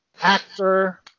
actor